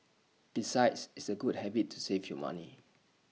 besides it's A good habit to save your money